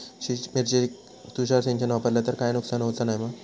मिरचेक तुषार सिंचन वापरला तर काय नुकसान होऊचा नाय मा?